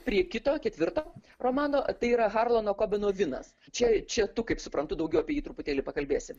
prie kito ketvirto romano tai yra harlano kobeno vinas čia čia tu kaip suprantu daugiau apie jį truputėlį pakalbėsi